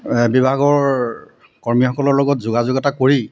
বিভাগৰ কৰ্মীসকলৰ লগত যোগাযোগ এটা কৰি